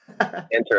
Interesting